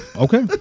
Okay